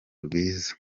rwiza